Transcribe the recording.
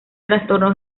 trastorno